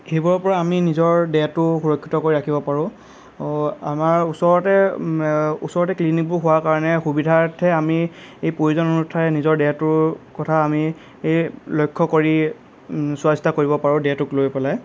সেইবোৰৰ পৰা আমি নিজৰ দেহটো সুৰক্ষিত কৰি ৰাখিব পাৰোঁ আমাৰ ওচৰতে ওচৰতে ক্লিনিকবোৰ হোৱাৰ কাৰণে সুবিধাৰ্থে আমি এই প্ৰয়োজন অনুসাৰে আমি নিজৰ দেহটোৰ কথা আমি এই লক্ষ্য কৰি চোৱা চিতা কৰিব পাৰোঁ দেহটোক লৈ পেলাই